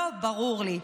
לא ברור לי.